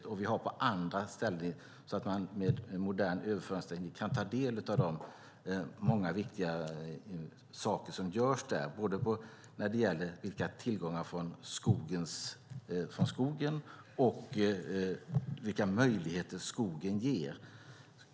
Vi har sådant också på andra ställen, där man med modern överföringsteknik kan ta del av de många viktiga saker som görs där, både när det gäller vilka tillgångar från skogen man har och vilka möjligheter skogen ger.